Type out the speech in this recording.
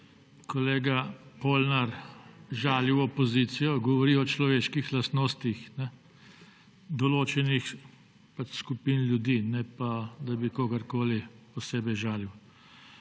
kolega Polnar žalil opozicijo. Govori o človeških lastnostih določenih skupin ljudi, ne pa, da bi kogarkoli posebej žalil.